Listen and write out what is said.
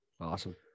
Awesome